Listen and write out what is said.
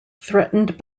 threatened